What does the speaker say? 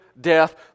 death